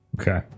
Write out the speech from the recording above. Okay